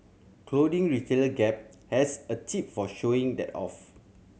clothing retailer Gap has a tip for showing that off